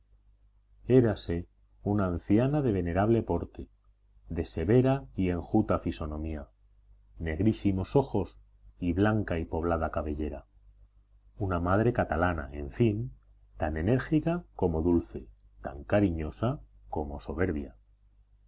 érase una anciana de venerable porte de severa y enjuta fisonomía negrísimos ojos y blanca y poblada cabellera una madre catalana en fin tan enérgica como dulce tan cariñosa como soberbia